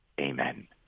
Amen